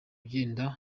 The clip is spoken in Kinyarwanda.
ugenda